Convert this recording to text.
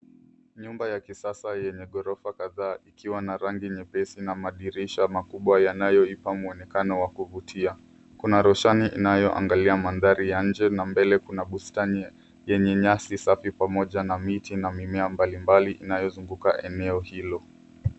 Nyumba ya kisasa yenye gorofa kadhaa ikiwa na rangi nyepesi na madirisha makubwa yanayo ipa mwonekano wa kuvutia. Kuna roshani inayo angalia mandari ya nje na mbele kuna bustani yenye nyasi safi pomoja na miti na mimea mbalimbali inayo zunguka eneo hilo.